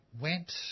went